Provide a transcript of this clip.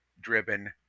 driven